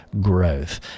growth